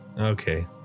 Okay